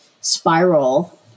spiral